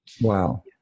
Wow